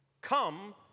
come